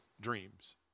dreams